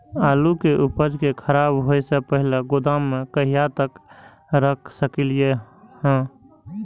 आलु के उपज के खराब होय से पहिले गोदाम में कहिया तक रख सकलिये हन?